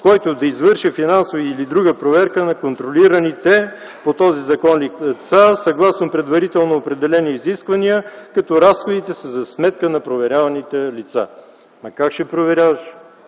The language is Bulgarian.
който да извърши финансова или друга проверка на контролираните по този закон лица, съгласно предварително определени изисквания като разходите са за сметка на проверяваните лица.